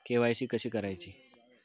KYC कशी करायची?